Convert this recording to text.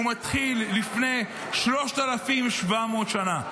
הוא מתחיל לפני 3,700 שנה.